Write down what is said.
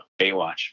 Baywatch